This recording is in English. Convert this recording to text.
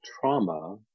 trauma